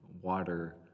water